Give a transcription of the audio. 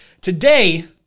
Today